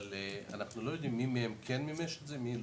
אבל אנחנו לא יודעים מי מהם כן מימש את זה ומי לא.